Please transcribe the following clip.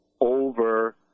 over